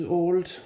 old